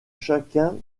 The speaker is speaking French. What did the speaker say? chacun